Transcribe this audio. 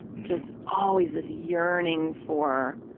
just always this yearning for,